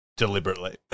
deliberately